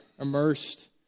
immersed